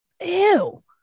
Ew